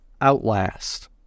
Outlast